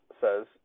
says